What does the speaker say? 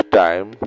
time